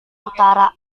utara